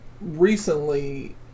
recently